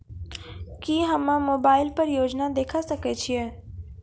की हम्मे मोबाइल पर योजना देखय सकय छियै?